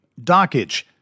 dockage